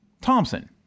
Thompson